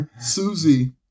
Susie